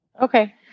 Okay